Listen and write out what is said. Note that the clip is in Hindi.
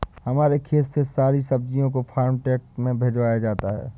हमारे खेत से सारी सब्जियों को फार्म ट्रक में भिजवाया जाता है